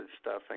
stuffing